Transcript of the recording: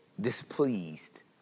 displeased